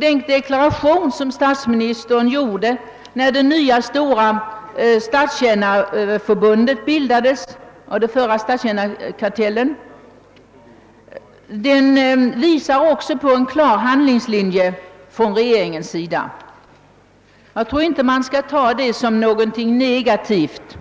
Den deklaration som statsministern gjorde när det nya stora statstjänarförbundet — f. d. statstjänarkartellen — bildades visar också en klar handlingslinje från regeringens sida. Jag tror inte man bör uppfatta detta som någonting negativt,